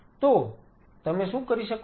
તો તમે શું કરી શકો છો